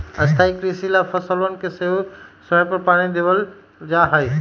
स्थाई कृषि ला फसलवन के सही समय पर पानी देवल जा हई